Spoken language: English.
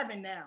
now